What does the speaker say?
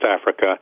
Africa